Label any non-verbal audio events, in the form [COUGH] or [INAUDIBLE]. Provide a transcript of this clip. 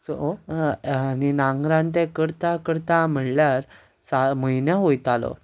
so आनी नांगरान तें करता करता म्हणल्यार [UNINTELLIGIBLE] म्हयनो वयतालो